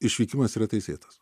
išvykimas yra teisėtas